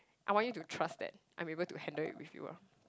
I want you to trust that I'm able to handle it with you ah